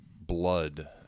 blood